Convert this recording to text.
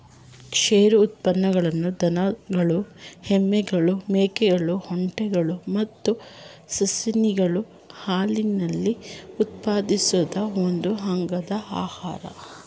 ಕ್ಷೀರೋತ್ಪನ್ನಗಳು ದನಗಳು ಎಮ್ಮೆಗಳು ಮೇಕೆಗಳು ಒಂಟೆಗಳು ಮತ್ತು ಸಸ್ತನಿಗಳ ಹಾಲಿನಿಂದ ಉತ್ಪಾದಿಸಲಾದ ಒಂದು ಬಗೆಯ ಆಹಾರ